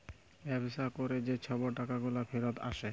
ব্যবসা ক্যরে যে ছব টাকাগুলা ফিরত আসে